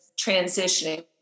transitioning